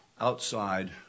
outside